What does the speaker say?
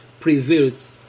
prevails